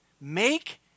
Make